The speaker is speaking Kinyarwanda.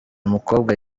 mukobwa